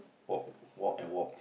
walk walk and walk